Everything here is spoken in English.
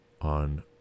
on